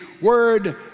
word